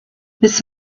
this